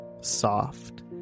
soft